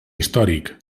històric